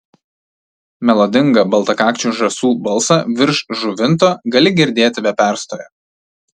melodingą baltakakčių žąsų balsą virš žuvinto gali girdėti be perstojo